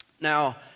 now